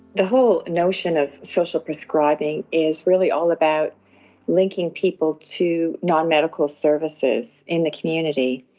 the whole notion of social prescribing is really all about linking people to non-medical services in the community.